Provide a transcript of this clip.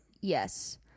Yes